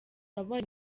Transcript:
wabaye